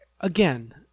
again